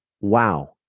wow